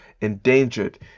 endangered